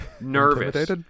nervous